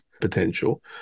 potential